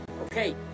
Okay